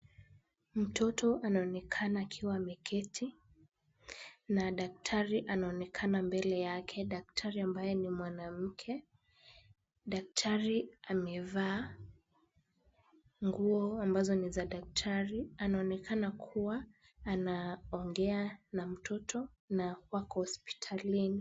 Mtoto anaonekana akiwa ameketi na daktari anaonekana mbele yake. Daktari ambaye ni mwanamke. Daktari amevaa nguo ambazo ni za daktari, anaonekana kuwa anaongea na mtoto na wako hospitalini.